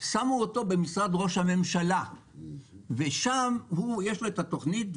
שמו אותו במשרד ראש הממשלה ושם יש לו את התוכנית.